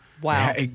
Wow